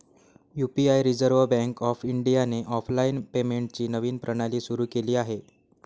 UPI reserve bank of इंडियाने online पेमेंटची नवीन प्रणाली सुरू केली आहे